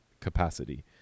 capacity